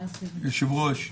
היושב-ראש,